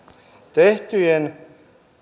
tehtyjen